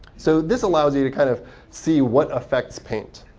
so this allows you to kind of see what affects paint.